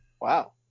Wow